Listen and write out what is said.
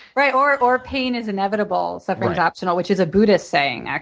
right. or or pain is inevitable, suffering is optional, which is a buddhist saying,